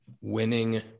winning